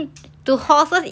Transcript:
ya